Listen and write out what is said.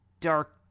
dark